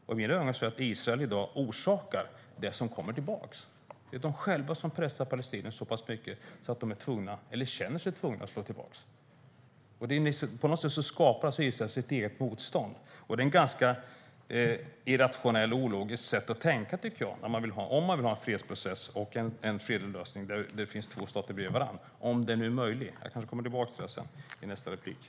I mina ögon orsakar Israel i dag det som kommer tillbaka. Det är de själva som pressar palestinierna så pass mycket att de känner sig tvungna att slå tillbaka. På något sätt skapar Israel sitt eget motstånd. Det är ett ganska irrationellt och ologiskt sätt att tänka om man vill ha en fredsprocess och en fredlig lösning där det finns två stater bredvid varandra, om den är möjlig. Jag kanske kommer tillbaka till det sedan i nästa inlägg.